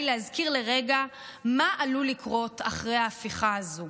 להזכיר לרגע מה עלול לקרות אחרי ההפיכה הזו.